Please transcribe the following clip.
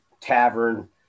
tavern